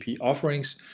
offerings